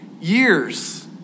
years